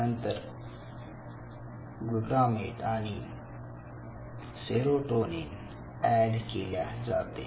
नंतर ग्लूटामेट आणि serotonin add केल्या जाते